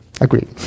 Agreed